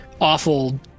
awful